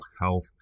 health